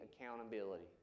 accountability